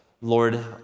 Lord